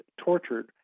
tortured